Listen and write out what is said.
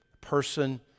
person